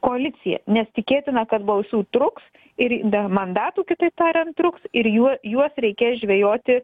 koaliciją nes tikėtina kad balsų truks ir be mandatų kitaip tariant truks ir juo juos reikės žvejoti